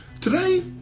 Today